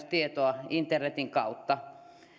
tietoa internetin kautta